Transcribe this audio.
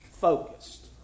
focused